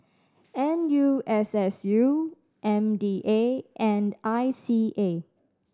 N U S S U M D A and I C A